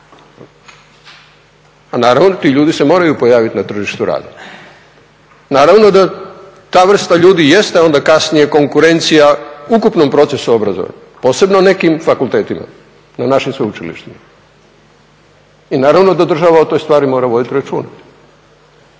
A naravno ti ljudi se moraju pojaviti na tržištu rada. Naravno da ta vrsta ljudi jeste onda kasnije konkurencija ukupnom procesu obrazovanja, posebno nekim fakultetima na našim sveučilištima i naravno da država o toj stvari mora voditi računa